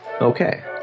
Okay